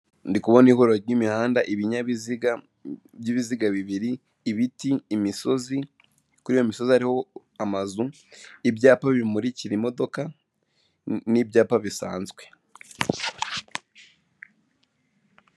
Ndi kubona ihuriro ry'imihanda, ibinyabiziga by'ibiziga bibiri, ibiti, imisozi, kuri iyo misozi hariho amazu, ibyapa bimurikira, imodoka n'ibyapa bisanzwe.